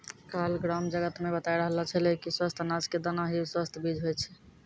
काल ग्राम जगत मॅ बताय रहलो छेलै कि स्वस्थ अनाज के दाना हीं स्वस्थ बीज होय छै